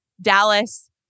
Dallas